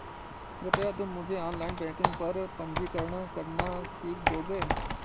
कृपया तुम मुझे ऑनलाइन बैंकिंग पर पंजीकरण करना सीख दोगे?